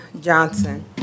Johnson